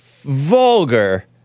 vulgar